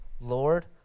Lord